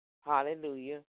hallelujah